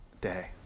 day